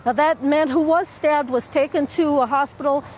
ah that man who was stabbed was taken to a hospital.